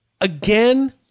Again